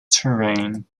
terrain